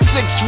Six